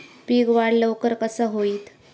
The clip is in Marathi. पीक वाढ लवकर कसा होईत?